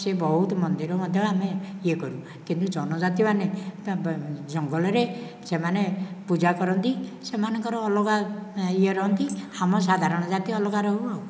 ସେ ବହୁତ ମନ୍ଦିର ଆମେ ମଧ୍ୟ ଇଏ କରୁ କିନ୍ତୁ ଜନଜାତିମାନେ ଜଙ୍ଗଲରେ ସେମାନେ ପୂଜା କରନ୍ତି ସେମାନଙ୍କର ଅଲଗା ଇଏ ରହନ୍ତି ଆମ ସାଧାରଣ ଜାତି ଅଲଗା ରହୁ ଆଉ